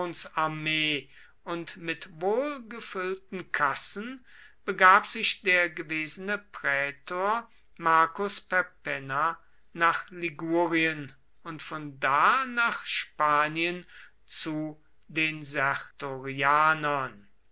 insurrektionsarmee und mit wohlgefüllten kassen begab sich der gewesene prätor marcus perpenna nach ligurien und von da nach spanien zu der